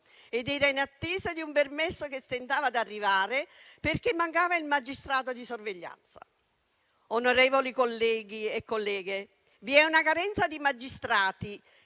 ed era in attesa di un permesso che stentava ad arrivare, perché mancava il magistrato di sorveglianza. Onorevoli colleghi e colleghe, vi è una carenza di magistrati